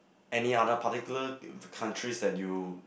any other particular countries that you